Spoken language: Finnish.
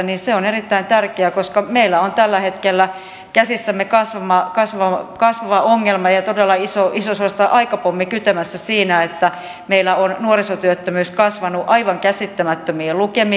se on erittäin tärkeää koska meillä on tällä hetkellä käsissämme kasvava ongelma ja suorastaan todella iso aikapommi kytemässä siinä että meillä on nuorisotyöttömyys kasvanut aivan käsittämättömiin lukemiin